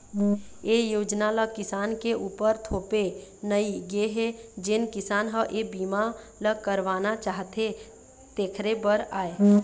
ए योजना ल किसान के उपर थोपे नइ गे हे जेन किसान ह ए बीमा ल करवाना चाहथे तेखरे बर आय